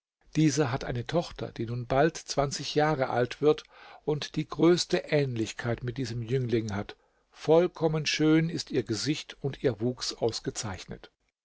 dieser hat eine tochter die nun bald zwanzig jahre alt wird und die größte ähnlichkeit mit diesem jüngling hat vollkommen schön ist ihr gesicht und ihr wuchs ausgezeichnet